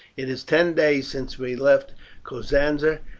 it is ten days since we left cosenza,